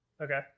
Okay